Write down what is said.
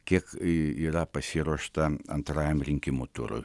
kiek yra pasiruošta antrajam rinkimų turui